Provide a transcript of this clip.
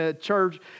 Church